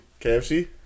KFC